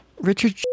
Richard